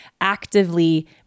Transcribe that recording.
actively